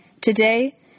Today